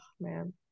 man